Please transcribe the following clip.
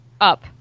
up